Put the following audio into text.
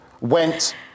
went